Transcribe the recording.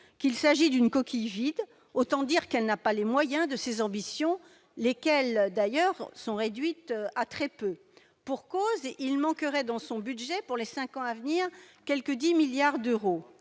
qu'il s'agit d'une coquille vide. Autant dire que cette agence n'a pas les moyens de ses ambitions, lesquelles, d'ailleurs, sont réduites à très peu. En effet, il manquerait dans son budget, pour les cinq ans à venir, quelque 10 milliards d'euros.